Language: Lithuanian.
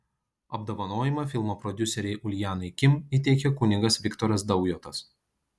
apdovanojimą filmo prodiuserei uljanai kim įteikė kunigas viktoras daujotas